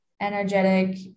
energetic